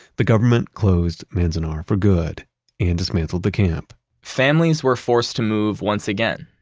the government closed manzanar for good and dismantled the camp families were forced to move once again.